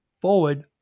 forward